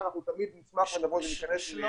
אנחנו תמיד נשמח לבוא ולהיכנס לחקירות.